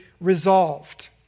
resolved